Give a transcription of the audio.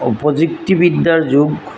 প্ৰযুক্তিবিদ্যাৰ যুগ